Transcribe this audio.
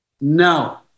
No